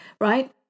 right